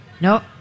No